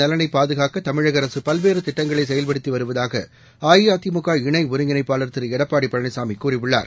நலனைபாதுகாக்கதமிழகஅரசுபல்வேறுதிட்ட ங்களைசெயல்படுத்திவருவதாகஅஇஅதிமுக இணைஒருங்கிணைப்பாளர் திருஎடப்பாடிபழனிசாமிகூறியுள்ளார்